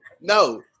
no